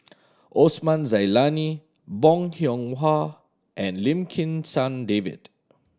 Osman Zailani Bong Hiong Hwa and Lim Kim San David